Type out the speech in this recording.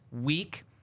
week